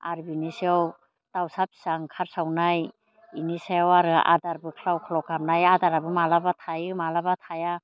आर बिनि सायाव दाउसा फिसा ओंखारसावनाय इनि सायाव आरो आदारबो ख्लाव ख्लाव गारनाय आदाराबो माब्लाबा थायो माब्लाबा थाया